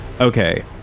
Okay